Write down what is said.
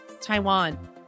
Taiwan